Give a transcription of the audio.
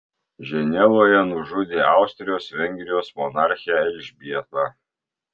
ženevoje nužudė austrijos vengrijos monarchę elžbietą